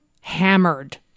hammered